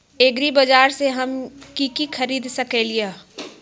एग्रीबाजार से हम की की खरीद सकलियै ह?